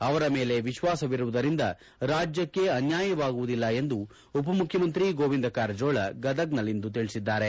ಅವರ ಮೇಲೆ ವಿಶ್ವಾಸವಿರುವುದರಿಂದ ರಾಜ್ಯಕ್ಷೆ ಅನ್ಯಾಯವಾಗುವುದಿಲ್ಲ ಎಂದು ಉಪ ಮುಖ್ಯಮಂತ್ರಿ ಗೋವಿಂದ ಕಾರಜೋಳ ಗದಗನಲ್ಲಿಂದು ತಿಳಿಸಿದ್ದಾರೆ